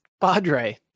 Padre